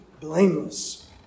blameless